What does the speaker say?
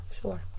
sure